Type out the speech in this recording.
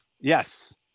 Yes